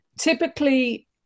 typically